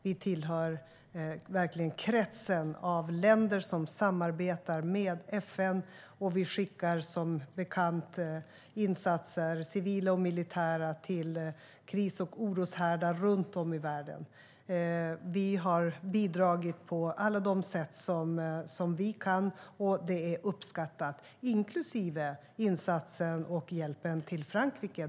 Vi tillhör verkligen kretsen av länder som samarbetar med FN, och vi skickar som bekant insatser, civila och militära, till kris och oroshärdar runt om i världen. Vi har bidragit på alla sätt vi kan, och det är uppskattat - inklusive insatsen till Frankrike.